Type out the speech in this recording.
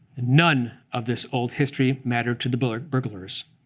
none of this old history mattered to the but burglars.